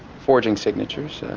forging signatures.